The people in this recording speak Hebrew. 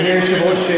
אדוני היושב-ראש,